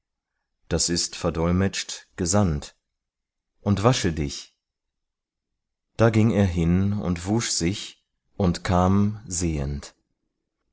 das ist verdolmetscht gesandt und wasche dich da ging er hin und wusch sich und kam sehend